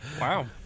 wow